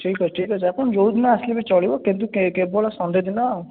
ଠିକ୍ ଅଛି ଠିକ୍ ଅଛି ଆପଣ ଯେଉଁ ଦିନ ଆସିଲେ ବି ଚଳିବ କିନ୍ତୁ କେବଳ ସନ୍ଡେ ଦିନ